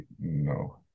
no